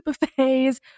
buffets